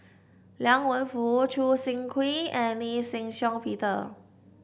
Liang Wenfu Choo Seng Quee and Lee Shih Shiong Peter